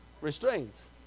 Restraints